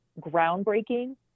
groundbreaking